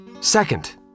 Second